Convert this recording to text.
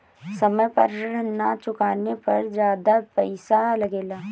समय पर ऋण ना चुकाने पर ज्यादा पईसा लगेला?